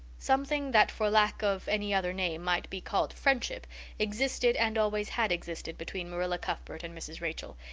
something that for lack of any other name might be called friendship existed and always had existed between marilla cuthbert and mrs. rachel,